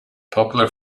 popular